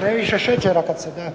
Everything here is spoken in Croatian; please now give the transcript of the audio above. previše šećera kad se da?